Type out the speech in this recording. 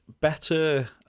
better